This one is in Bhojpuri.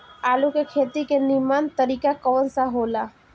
आलू के खेती के नीमन तरीका कवन सा हो ला?